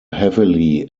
heavily